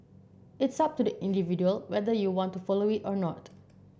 it's up to the individual whether you want to follow it or not